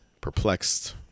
perplexed